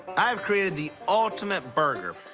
i've created the ultimate burger.